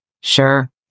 Sure